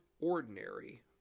Ordinary